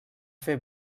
fer